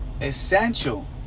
essential